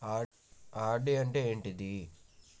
RD అంటే ఏంటిది?